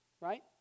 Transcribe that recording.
right